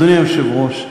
אדוני היושב-ראש,